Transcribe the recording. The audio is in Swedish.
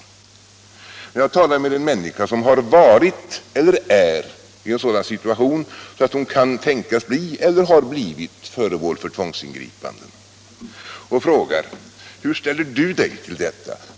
Det har hänt att jag frågat en människa, som har varit eller är i en sådan situation att hon kan tänkas bli eller har blivit föremål för tvångsingripanden: Hur ställer du dig till detta?